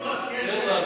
גלגול נשמות, אז